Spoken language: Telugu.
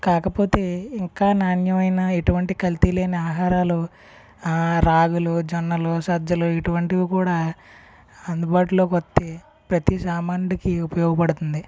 కాకపోతే ఇంకా నాణ్యమైన ఎటువంటి కల్తీ లేని ఆహారాలు రాగులు జొన్నలు సజ్జలు ఇటువంటివి కూడా అందుబాటులోకి వస్తే ప్రతి సామాన్యుడికి ఉపయోగపడుతుంది